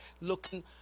looking